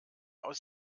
aus